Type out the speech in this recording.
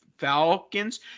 falcons